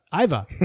Iva